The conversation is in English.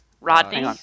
Rodney